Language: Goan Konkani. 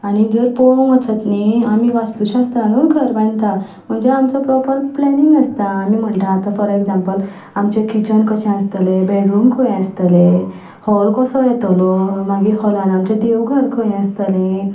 आनी जर पळोवंक वचत न्ही आमी वास्तुशास्त्रांनूच घर बांदता म्हणजे आमचो प्रोपर प्लॅनिंग आसता आमी म्हणटा आतां फोर एक्झाम्पल आमचें किचन कशें आसतलें बॅडरूम खंय आसतले हॉल कसो येतलो मागीर हॉलांत आमचें देवघर खंय आसतलें